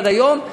עד היום,